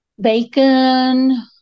bacon